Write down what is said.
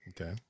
okay